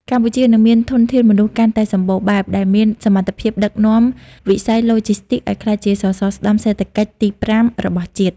កម្ពុជានឹងមានធនធានមនុស្សកាន់តែសម្បូរបែប ដែលមានសមត្ថភាពដឹកនាំវិស័យឡូជីស្ទីកឱ្យក្លាយជាសសរស្តម្ភសេដ្ឋកិច្ចទី៥ របស់ជាតិ។